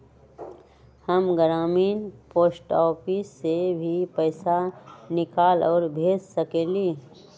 हम ग्रामीण post office से भी पैसा निकाल और भेज सकेली?